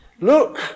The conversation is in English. Look